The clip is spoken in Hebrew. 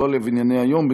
אקטואליה וענייני היום,